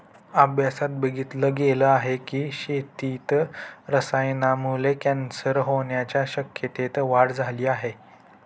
अभ्यासात बघितल गेल आहे की, शेतीत रसायनांमुळे कॅन्सर होण्याच्या शक्यतेत वाढ झाली आहे